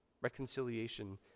Reconciliation